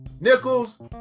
nickels